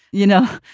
you know,